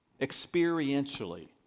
Experientially